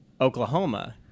Oklahoma